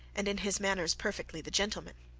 and in his manners perfectly the gentleman.